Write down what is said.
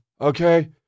okay